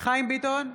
חיים ביטון,